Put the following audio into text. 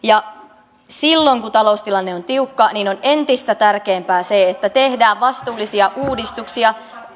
silloin kun taloustilanne on tiukka on entistä tärkeämpää että tehdään vastuullisia uudistuksia